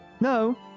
no